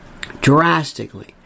Drastically